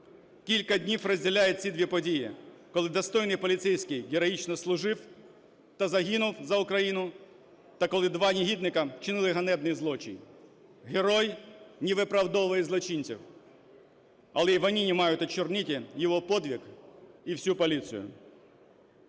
Кілька днів розділяють ці дві події, коли достойний поліцейський героїчно служив та загинув за Україну, та коли два негідника чинили ганебний злочин. Герой не виправдовує злочинців. Але і вони не мають чорнити його подвиг і всю поліцію.